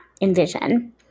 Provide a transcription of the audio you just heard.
envision